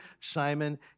Simon